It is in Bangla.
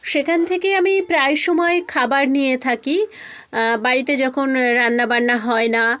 সেখান থেকে আমি প্রায় সময় খাবার নিয়ে থাকি বাড়িতে যখন রান্নাবান্না হয় না